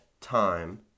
time